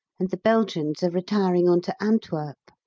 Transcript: and the belgians are retiring on to antwerp.